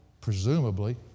presumably